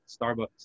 Starbucks